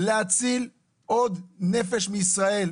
להציל עוד נפש מישראל,